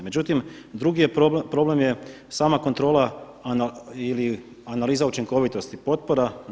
Međutim, drugi problem je sama kontrola ili analiza učinkovitosti potpora.